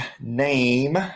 name